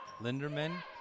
Linderman